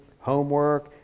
homework